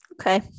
Okay